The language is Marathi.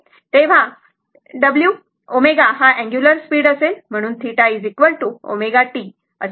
तेव्हा ω हा अंगुलर स्पीड असेल म्हणून θ ω t असेल